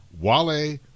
Wale